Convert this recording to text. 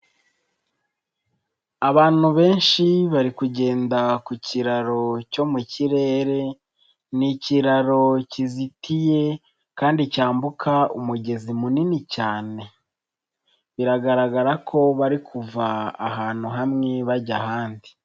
Abantu benshi bari kugenda ku kiraro cyo mu kirere, ni ikiraro kizitiye kandi cyambuka umugezi munini cyane, biragaragara ko bari kuva ahantu hamwe bajya ahandi.